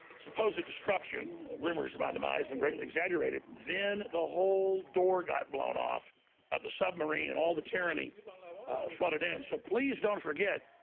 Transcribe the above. supposed destruction rumors of my demise been greatly exaggerated then the whole door got blown off of the submarine and all the tyranny flooded in so please don't forget